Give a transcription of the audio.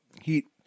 heat